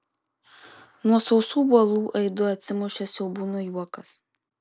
nuo sausų uolų aidu atsimušė siaubūno juokas